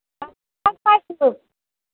অঁ পায় চাগৈ